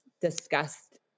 discussed